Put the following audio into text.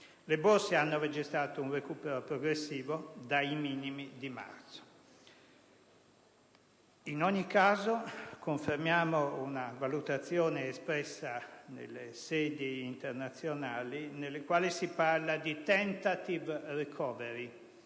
Le Borse hanno registrato un recupero progressivo dai minimi di marzo. In ogni caso, confermiamo una valutazione espressa nelle sedi internazionali, nelle quali si parla di *tentative recovery*,